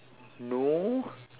no